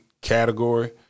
category